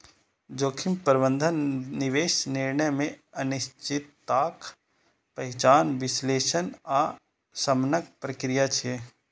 जोखिम प्रबंधन निवेश निर्णय मे अनिश्चितताक पहिचान, विश्लेषण आ शमनक प्रक्रिया छियै